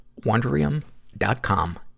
Wondrium.com